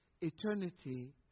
Eternity